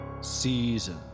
Season